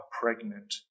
pregnant